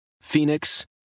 Phoenix